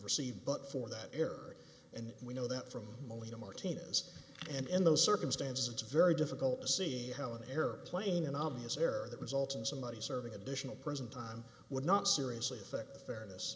receive but for that year and we know that from only a martinez and in those circumstances it's very difficult to see how an airplane an obvious error that results in somebody serving additional prison time would not seriously affect the fairness